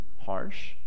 harsh